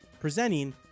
Presenting